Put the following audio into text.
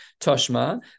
Toshma